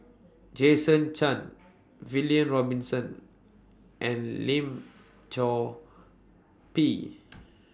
Jason Chan William Robinson and Lim Chor Pee